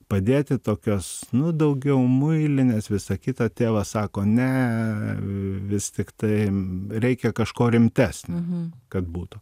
padėti tokios nu daugiau muilinės visa kita tėvas sako ne vis tiktai reikia kažko rimtesnio kad būtų